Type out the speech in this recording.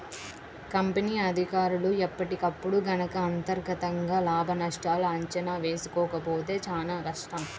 company అధికారులు ఎప్పటికప్పుడు గనక అంతర్గతంగా లాభనష్టాల అంచనా వేసుకోకపోతే చానా కష్టం